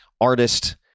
artist